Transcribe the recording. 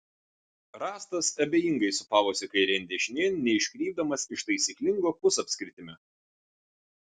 rąstas abejingai sūpavosi kairėn dešinėn neiškrypdamas iš taisyklingo pusapskritimio